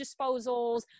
disposals